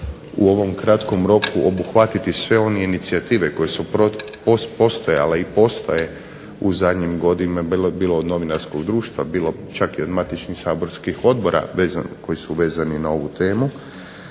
u ovom kratkom roku obuhvatiti sve one inicijative koje su postojale i postoje u zadnjim godinama, bilo od novinarskog društva, bilo čak i od matičnih saborskih odbora vezano, koji su vezani na ovu temu,